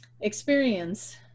experience